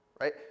Right